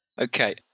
Okay